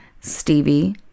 Stevie